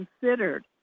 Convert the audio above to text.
considered